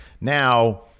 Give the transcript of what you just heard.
Now